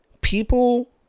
People